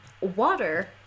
Water